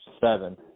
seven